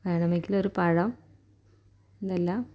വേണമെങ്കിൽ ഒരു പഴം ഇതെല്ലാം